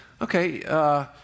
okay